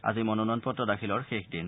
আজি মনোনয়নপত্ৰ দাখিলৰ শেষ দিন